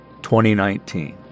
2019